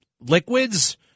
liquids